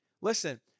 listen